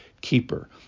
keeper